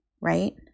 right